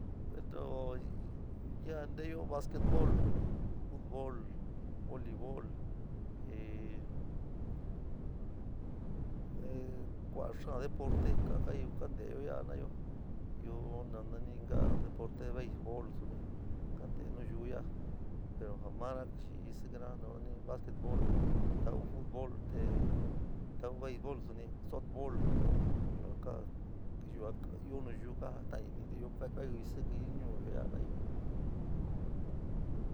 Bueno, ya´a nteeyo basquetbol, futbol, volibol, ee, ee, kua´a xaa deporte kaa deeyo yoba jendaya, io nani? Xaa deporte sunt kamte nayuu yora, pro joo mano ntekí ro basquetbol, ro futbol, te tou beisol sant, sokbol, yua ka, io nayuu ja kajatonii, io novio kaísiíkii ñuuyo ya´a jenaíí.